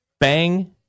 Bang